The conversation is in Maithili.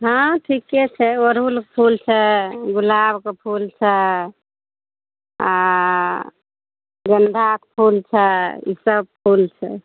हँ ठीके छै ओड़हुल फुल छै गुलाबके फुल छै गेन्दाके फुल छै ई सब फुल छै